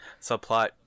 subplot